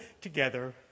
together